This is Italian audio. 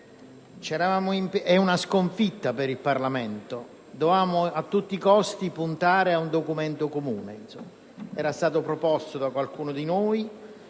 È una sconfitta per il Parlamento. Dovevamo a tutti i costi puntare ad un documento comune. Era stato proposto da qualcuno di noi